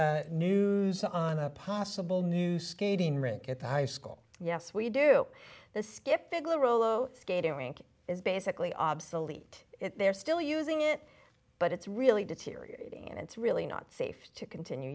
news on a possible new skating rink at the high school yes we do the skeptical rolo skating rink is basically obsolete they're still using it but it's really deteriorating and it's really not safe to continue